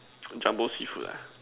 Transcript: Jumbo seafood lah